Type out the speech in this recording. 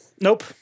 Nope